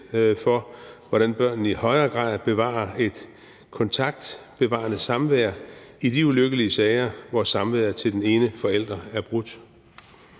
for, hvordan børnene i højere grad bevarer et kontaktbevarende samvær i de ulykkelige sager, hvor samværet til den ene forælder er brudt.